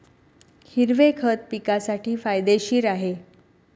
हिरवे खत पिकासाठी फायदेशीर आहे